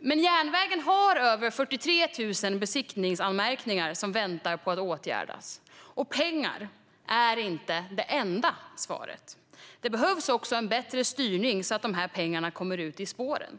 gör. Dock har järnvägen har över 43 000 besiktningsanmärkningar som väntar på att åtgärdas, och pengar är inte det enda svaret. Det behövs också en bättre styrning så att pengarna kommer ut i spåren.